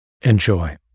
Enjoy